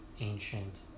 ancient